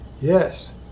Yes